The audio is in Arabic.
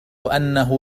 أنه